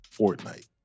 fortnite